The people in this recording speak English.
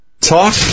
Talk